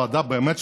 באמת,